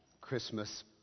Christmas